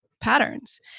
patterns